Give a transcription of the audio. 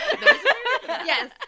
Yes